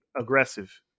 aggressive